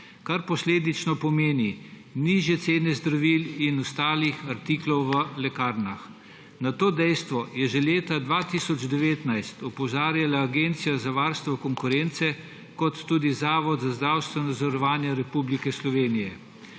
kar posledično pomeni nižje cene zdravil in ostalih artiklov v lekarnah. Na to dejstvo sta že leta 2019 opozarjala Agencija za varstvo konkurence kot tudi Zavod za zdravstveno zavarovanje Republike Slovenije.